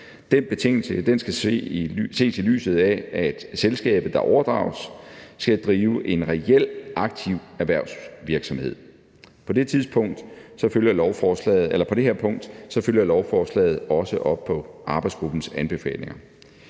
Den betingelse skal ses, i lyset af at selskabet, der overdrages, skal drive en reel aktiv erhvervsvirksomhed. På det her punkt følger lovforslaget også arbejdsgruppens anbefalinger.